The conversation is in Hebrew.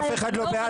אף אחד לא בעד?